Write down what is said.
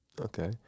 Okay